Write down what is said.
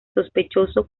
sospechoso